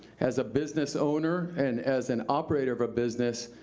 as a business owner and as an operator of a business,